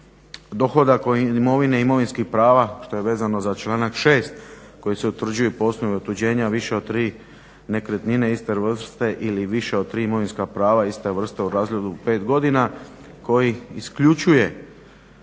dohodak o imovini, imovinskih prava što je vezano za članak 6. kojim se utvrđuje po osnovi otuđenja više od tri nekretnine iste vrste ili više od tri imovinska prava iste vrste u razdoblju pet godina koji isključuje